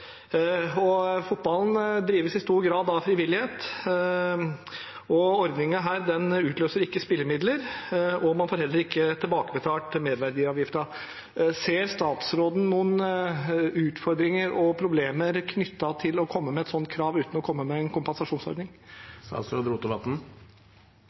Fotballen drives i stor grad av frivillighet, og ordningen utløser ikke spillemidler, og man får heller ikke tilbakebetalt merverdiavgiften. Ser statsråden noen utfordringer og problemer knyttet til å komme med et sånt krav uten å komme med en